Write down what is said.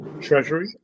treasury